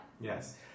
Yes